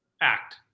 act